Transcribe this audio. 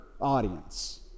audience